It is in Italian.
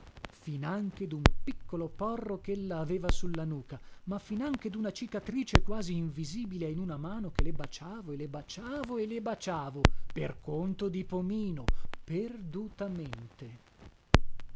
finanche dun piccolo porro chella aveva sulla nuca ma finanche duna cicatrice quasi invisibile in una mano che le baciavo e le baciavo e le baciavo per conto di pomino perdutamente